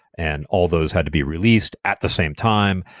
and all those had to be released at the same time.